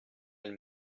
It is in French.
elle